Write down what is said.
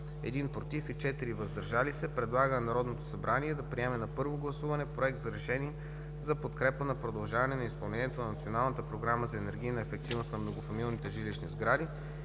1 „против” и 4 „въздържали се” предлага на Народното събрание да приеме на първо гласуване Проект за решение за подкрепа на продължаване на изпълнението на Националната програма за енергийна ефективност на многофамилните жилищни сгради